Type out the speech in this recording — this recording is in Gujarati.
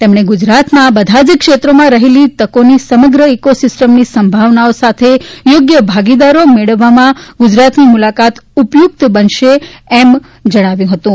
તેમણે ગુજરાતમાં આ બધા જ ક્ષેત્રોમાં રહેલી તકીની સમગ્ર ઇકોસિસ્ટમની સંભાવનાઓ સાથે થોગ્ય ભાગીદારો મેળવવામાં ગુજરાતની મૂલાકાત ઉપયુકત બનશે એમ પણ બૂખારા ગર્વનર શ્રીને જણાવ્યું હતું